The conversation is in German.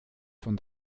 von